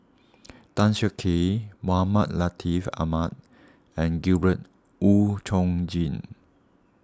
Tan Siak Kew Mohamed Latiff Mohamed and Gabriel Oon Chong Jin